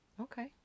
Okay